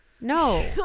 No